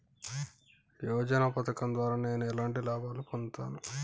యోజన పథకం ద్వారా నేను ఎలాంటి లాభాలు పొందుతాను?